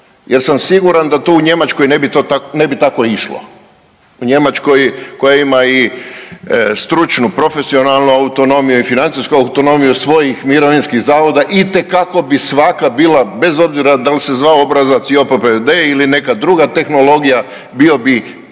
jer sam siguran da to u Njemačkoj ne bi to tako, ne bi tako išlo. U Njemačkoj koja ima i stručnu, profesionalnu autonomiju i financijsku autonomiju svojih mirovinskih zavoda itekako bi svaka bila bez obzira da li se zvao obrazac JOPPD ili neka druga tehnologija bio bi,